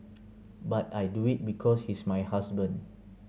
but I do it because he's my husband